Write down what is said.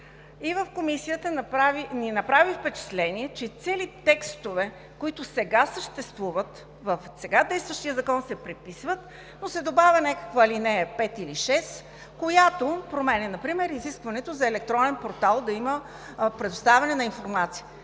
И в Комисията ни направи впечатление, че цели текстове, които съществуват в сега действащия закон, се преписват, но се добавя някаква ал. 5 или 6, която променя например изискването за електронен портал – да има предоставяне на информация.